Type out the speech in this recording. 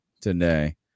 today